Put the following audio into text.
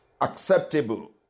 acceptable